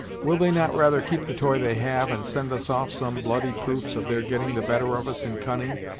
will they not rather keep the toy they have, and send us off some bloody proofs of their getting the better of us in cunning,